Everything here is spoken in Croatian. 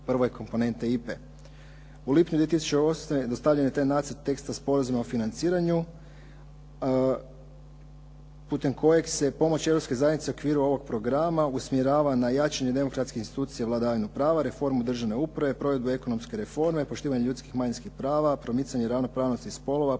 prve komponente IPA-e. U lipnju 2008. dostavljen je taj Nacrt teksta sporazuma o financiranju putem kojeg se pomoć Europske zajednice u okviru ovog programa usmjerava na jačanje demokratskih institucija i vladavinu prava, reformu državne uprave, provedbu ekonomske reforme, poštivanje ljudskih i manjinskih prava, promicanje ravnopravnosti spolova,